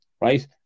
right